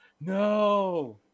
No